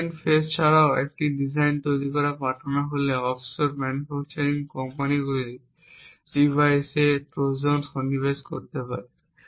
design phase ছাড়াও একবার ডিজাইনটি তৈরির জন্য পাঠানো হলে অফশোর ম্যানুফ্যাকচারিং কোম্পানিগুলিও ডিভাইসে ট্রোজান সন্নিবেশ করতে পারে